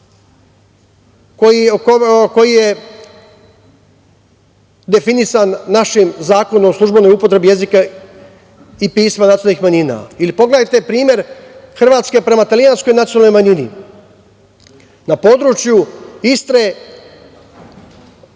koji je definisan našim Zakonom o službenoj upotrebi jezika i pisma nacionalnih manjina. Pogledajte primer Hrvatske prema italijanskoj nacionalnoj manjini. Na području Istre